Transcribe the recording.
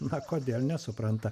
na kodėl nesupranta